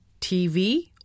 TV